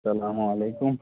سلامُ علیکُم